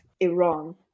Iran